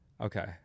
okay